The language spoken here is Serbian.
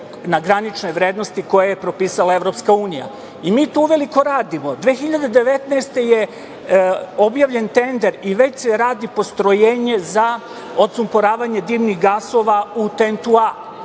na granične vrednosti koje je propisala EU. Mi to uveliko radimo, 2019. godine je objavljen tender i već se radi postrojenje za odsumporavanje dimnih gasova u TENT-u A.